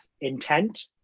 intent